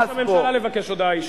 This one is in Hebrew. יכול גם ראש הממשלה לבקש הודעה אישית.